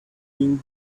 being